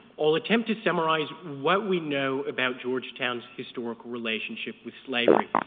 i'll attempt to summarize what we know about georgetown's historical relationship with slavery.